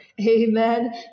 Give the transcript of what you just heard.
Amen